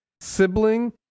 sibling